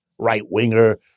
right-winger